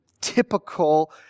typical